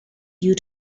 you